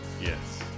Yes